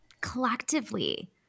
collectively